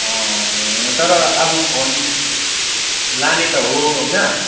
तर अब फोन लाने त हो होइन